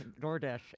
DoorDash